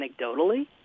anecdotally